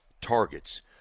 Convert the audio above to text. targets